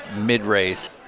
mid-race